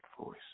voice